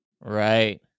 Right